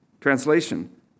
Translation